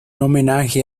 homenaje